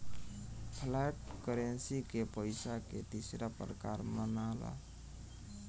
flat currency के पइसा के तीसरा प्रकार मनाला